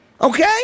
Okay